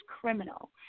criminal